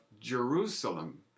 Jerusalem